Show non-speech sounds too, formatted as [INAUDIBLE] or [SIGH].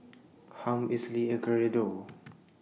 Harm Esley and Geraldo [NOISE]